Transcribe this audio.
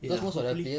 ya hopefully